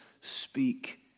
speak